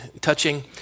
touching